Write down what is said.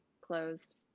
closed